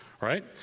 right